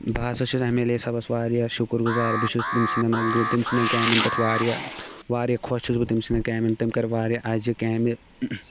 بہٕ ہَسا چھُس اٮ۪م اٮ۪ل اے صٲبَس واریاہ شُکر گزار بہٕ چھُس تٔمۍ سںٛدٮ۪ن تٔمۍ سںٛدٮ۪ن کامٮ۪ن پٮ۪ٹھ واریاہ واریاہ خۄش چھُس بہٕ تٔمۍ سںٛدٮ۪ن کامٮ۪ن تٔمۍ کٔر واریاہ اَسجہِ کامہِ